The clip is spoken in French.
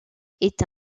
est